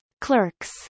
Clerks